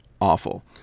awful